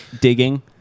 digging